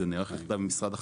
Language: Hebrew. וזה נערך יחד עם משרד החקלאות.